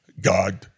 God